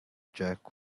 jerk